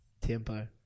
Tempo